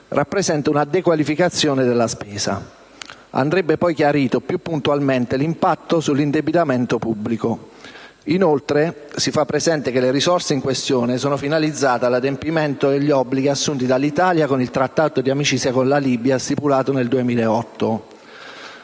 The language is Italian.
rappresenta una dequalificazione della spesa. Andrebbe poi chiarito più puntualmente l'impatto sull'indebitamento pubblico. Inoltre, si fa presente che le risorse in questione sono finalizzate all'adempimento degli obblighi assunti dall'Italia con il Trattato di amicizia con la Libia stipulato nel 2008: